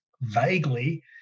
vaguely